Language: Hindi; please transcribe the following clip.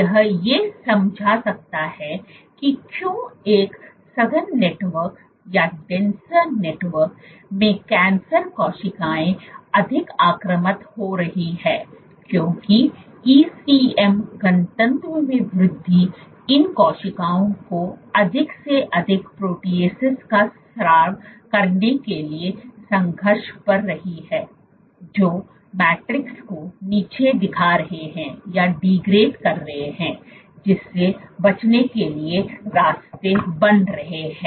यह ये समझा सकता है कि क्यों एक सघन नेटवर्क में कैंसर कोशिकाएं अधिक आक्रामक हो रही हैं क्योंकि ECM घनत्व में वृद्धि इन कोशिकाओं को अधिक से अधिक प्रोटीएसस का स्राव करने के लिए संघर्ष कर रही है जो मैट्रिक्स को नीचा दिखा रहे हैं जिससे बचने के लिए रास्ते बन रहे हैं